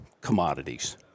commodities